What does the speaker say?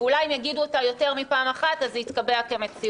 ואולי אם יגידו אותה יותר מפעם אחת אז זה יתקבע כמציאות.